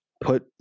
Put